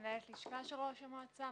מנהלת הלשכה של ראש המועצה,